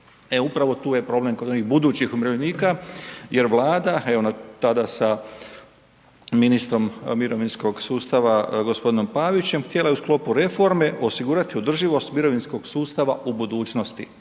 upravo tu je problem kod onih budućih umirovljenika jer Vlada, evo tada sa ministrom mirovinskog sustava, g. Pavićem, htjela je u sklopu reforme osigurati održivost mirovinskog sustava u budućnosti